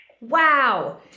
wow